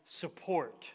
support